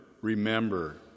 remember